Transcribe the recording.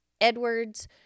Edwards